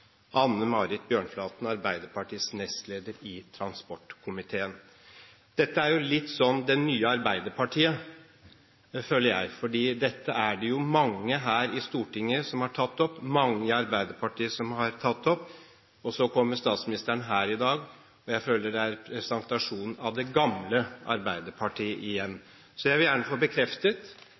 Anne Marit Bjørnflaten, Arbeiderpartiet, nestleder i transportkomiteen. Dette er litt det nye Arbeiderpartiet, føler jeg. Dette er det mange her i Stortinget og mange i Arbeiderpartiet som har tatt opp. Så kommer statsministeren hit i dag og – føler jeg – gir en presentasjon av det gamle Arbeiderpartiet igjen. Så jeg vil gjerne få bekreftet: